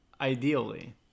Ideally